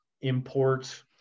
import